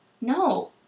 No